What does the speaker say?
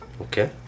okay